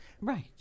Right